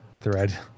thread